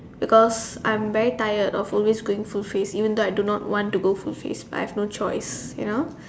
because I'm very tired of always going full face even though I do not want to go full face but I have no choice you know